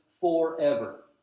forever